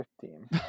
team